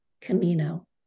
Camino